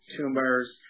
tumors